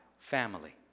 family